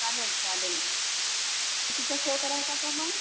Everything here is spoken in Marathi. चालेल चालेल कितीचा शो करायचा तर मग